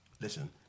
Listen